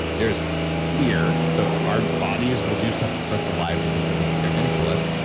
there's fear. so our bodies will do stuff to keep us alive from things that we think are going to kill us.